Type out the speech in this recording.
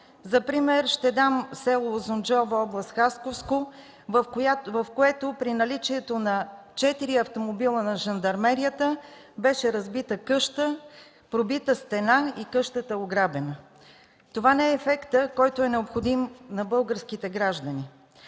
За пример ще дам село Узунджово, област Хасковска, където при наличието на четири автомобила на жандармерията беше разбита къща, пробита стена и къщата ограбена. Това не е ефектът, необходим на българските граждани.